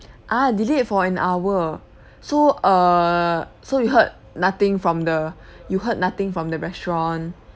ah delayed for an hour so err so you heard nothing from the you heard nothing from the restaurant